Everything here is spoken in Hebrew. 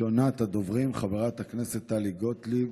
ראשונת הדוברים, חברת הכנסת טלי גוטליב